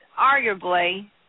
arguably